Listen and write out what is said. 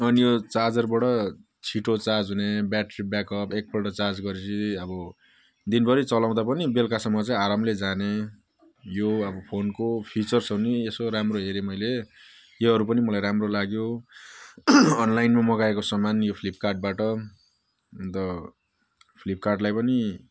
अनि यो चार्जरबाट छिटो चार्ज हुने ब्याट्री ब्याकअप एकपल्ट चार्ज गरेपछि अब दिनभरि चलाउँदा पनि बेलुकासम्म चाहिँ आरामले जाने यो अब फोनको फिचर्सहरू पनि यसो राम्रो हेरेँ मैले योहरू पनि मलाई राम्रो लाग्यो अनलाइनमा मगाएको सामान यो फ्लिपकार्डबाट अन्त फ्लिपकार्डलाई पनि